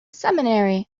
seminary